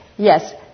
Yes